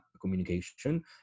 communication